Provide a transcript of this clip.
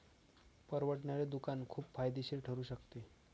परवडणारे दुकान खूप फायदेशीर ठरू शकते